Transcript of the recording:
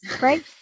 right